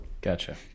Gotcha